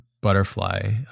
butterfly